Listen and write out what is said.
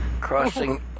Crossing